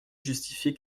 justifie